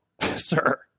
sir